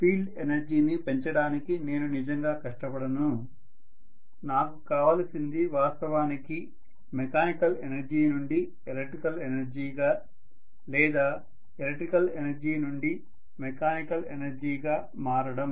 field ఎనర్జీని పెంచడానికి నేను నిజంగా కష్టపడను నాకు కావలసింది వాస్తవానికి మెకానికల్ ఎనర్జీ నుండి ఎలక్ట్రికల్ ఎనర్జీగా లేదా ఎలక్ట్రికల్ ఎనర్జీ నుండి మెకానికల్ ఎనర్జీగా మార్చడం